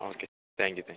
okay thank you thank you